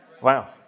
Wow